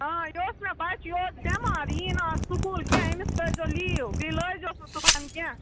آ یہِ اوس نہٕ بَچہِ یہِ اوس بٮ۪مار یِہ یی نہٕ آز سکوٗل کیٚنٛہہ أمِس ترٲرۍ زیو لیٖو بیٚیہِ لٲزوس نہٕ صُبحَن کینٛہہ